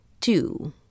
two